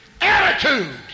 attitude